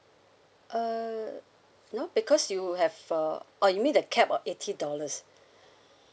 err no because you will have uh oh you mean the cap of eighty dollars